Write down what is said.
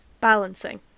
balancing